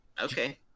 okay